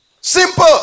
Simple